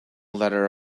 letter